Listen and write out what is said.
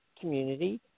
community